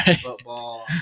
football